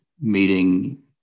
meeting